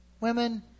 women